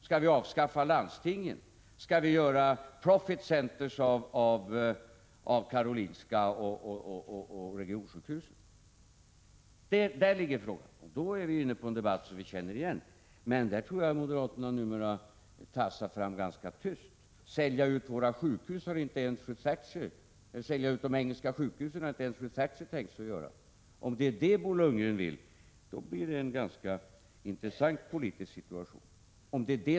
Skall vi avskaffa landstingen? Skall vi göra ”profit centres” av Karolinska sjukhuset och regionsjukhusen? Där ligger problemet, och då är vi inne på en debatt som vi känner igen. Men här tror jag att moderaterna numera tassar fram ganska tyst. Att sälja ut de engelska sjukhusen är någonting som inte ens fru Thatcher har tänkt sig att göra. Om det är detta Bo Lundgren vill och om det är det som skall vara valfrihet, uppstår det en ganska intressant politisk situation.